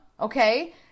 Okay